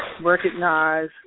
recognize